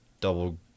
Double